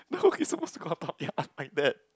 no it supposed to go up ya like that